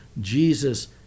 Jesus